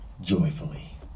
joyfully